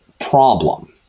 problem